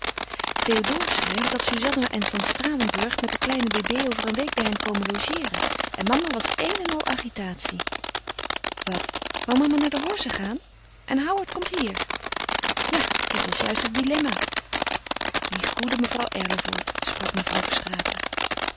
théodore schrijft dat suzanna en van stralenburg met de kleine bébé over een week bij hen komen logeeren en mama was een en al agitatie wat wou mama naar de horze gaan en howard komt hier ja dat was juist het dilemma die goede mevrouw erlevoort sprak mevrouw verstraeten